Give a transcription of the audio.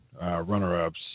runner-ups